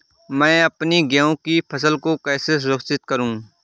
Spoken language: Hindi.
मैं अपनी गेहूँ की फसल को कैसे सुरक्षित करूँ?